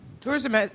Tourism